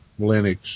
Linux